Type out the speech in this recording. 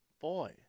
boy